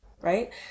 right